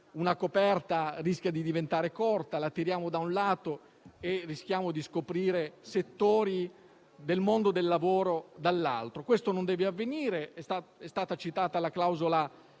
una coperta rischia di diventare corta: la tiriamo, da un lato, e rischiamo di scoprire settori del mondo del lavoro, dall'altro. Questo non deve avvenire. È stata citata la clausola